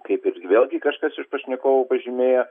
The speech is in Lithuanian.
kaip ir vėlgi kažkas iš pašnekovų pažymėjo